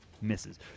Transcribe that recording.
Misses